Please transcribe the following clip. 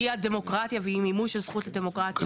היא הדמוקרטיה והיא מימוש זכות הדמוקרטיה.